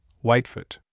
Whitefoot